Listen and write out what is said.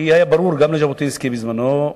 כי היה ברור גם לז'בוטינסקי בזמנו,